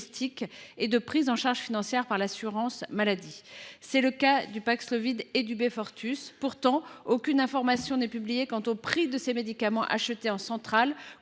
et de prise en charge financière par l’assurance maladie. C’est le cas du Paxlovid et du Beyfortus. Pourtant, aucune information n’est publiée sur les prix de ces médicaments achetés en centrale,